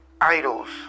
idols